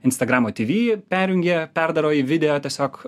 instagramo tv perjungia perdaro į video tiesiog